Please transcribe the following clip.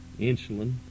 insulin